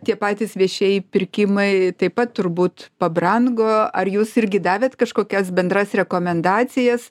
tie patys viešieji pirkimai taip pat turbūt pabrango ar jūs irgi davėt kažkokias bendras rekomendacijas